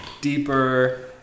deeper